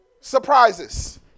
surprises